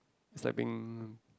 it's being